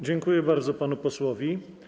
Dziękuję bardzo panu posłowi.